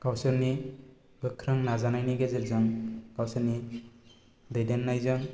गावसोरनि गोख्रों नाजानायनि गेजेरजों गावसोरनि दैदेननायजों